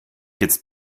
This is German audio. jetzt